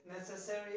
Necessary